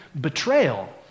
betrayal